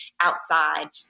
outside